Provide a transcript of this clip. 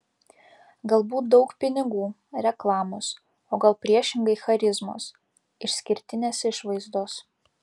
galbūt daug pinigų reklamos o gal priešingai charizmos išskirtinės išvaizdos